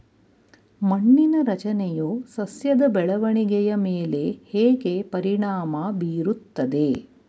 ಮಣ್ಣಿನ ರಚನೆಯು ಸಸ್ಯದ ಬೆಳವಣಿಗೆಯ ಮೇಲೆ ಹೇಗೆ ಪರಿಣಾಮ ಬೀರುತ್ತದೆ?